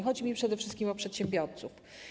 Chodzi mi przede wszystkim o przedsiębiorców.